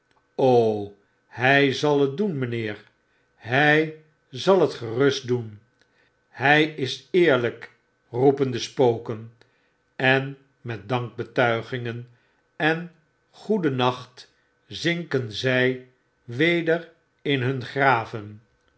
hy zal het doen mijnheer hij zal het gerust doen hij is eerlyk roepen de spoken en met dankbetuigingen en goeden nacht zinken zy weder in hun graven